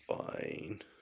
Fine